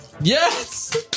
Yes